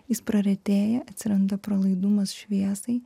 jis praretėja atsiranda pralaidumas šviesai